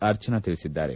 ಆರ್ಜನಾ ತಿಳಿಸಿದ್ದಾರೆ